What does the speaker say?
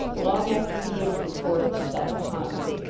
long after conviction forced itself upon her!